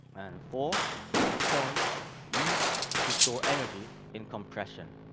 and four horn used to store energy in compression.